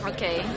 Okay